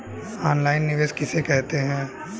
Online निवेश किसे कहते हैं?